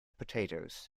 potatoes